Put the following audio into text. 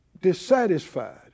dissatisfied